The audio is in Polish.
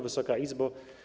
Wysoka Izbo!